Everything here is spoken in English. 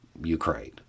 Ukraine